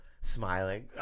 smiling